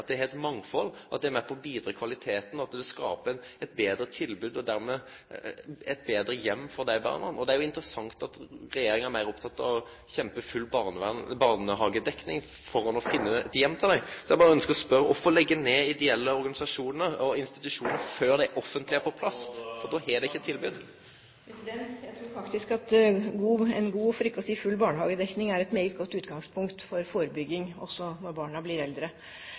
at det er eit mangfald, at det er med på å betre kvaliteten, og at det skaper eit betre tilbod og dermed ein betre heim for desse barna. Det er jo interessant at regjeringa er meir oppteken av å kjempe for full barnehagedekning framfor å finne ein heim til desse barna. Eg berre ønskjer å spørje: Kvifor leggje ned institusjonane til ideelle organisasjonar før dei offentlege er på plass? Kvifor er det ikkje eit tilbod? Jeg tror faktisk at en god – og for ikke å si full – barnehagedekning er et meget godt utgangspunkt for forebygging, også når barna blir eldre.